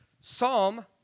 Psalm